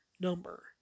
number